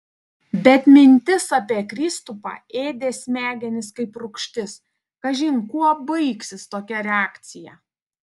bet mintis apie kristupą ėdė smegenis kaip rūgštis kažin kuo baigsis tokia reakcija